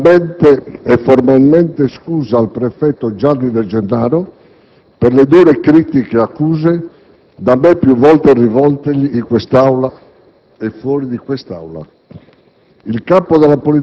chiedere pubblicamente e formalmente scusa al prefetto Gianni De Gennaro per le dure critiche e accuse da me più volte rivoltegli in quest'Aula e fuori di quest'Aula.